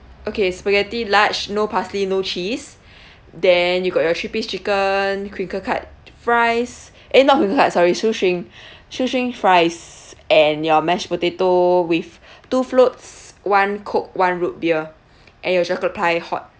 okay spaghetti large no parsley no cheese then you got your three piece chicken crinkle cut fries eh not crinkle cut sorry shoestring shoestring fries and your mashed potato with two floats one coke one root beer and your chocolate pie hot